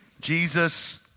Jesus